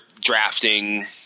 drafting